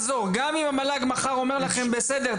אם המל"ג מחר אומר לכם: בסדר,